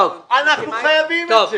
אנחנו חייבים את זה.